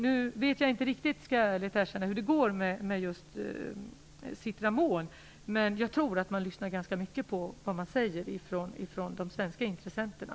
Nu skall jag ärligt erkänna att jag inte riktigt vet hur det kommer att bli med Citramon. Men jag tror att man lyssnar ganska mycket på vad som sägs från de svenska intressenterna.